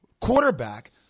quarterback